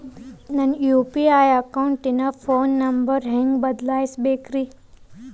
ನನ್ನ ಯು.ಪಿ.ಐ ಅಕೌಂಟಿನ phone number ಹೆಂಗ್ ಬದಲಾಯಿಸ ಬೇಕ್ರಿ?